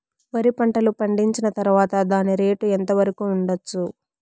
వరి పంటలు పండించిన తర్వాత దాని రేటు ఎంత వరకు ఉండచ్చు